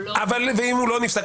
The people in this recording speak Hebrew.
ואם הוא לא נפסק?